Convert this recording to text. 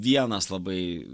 vienas labai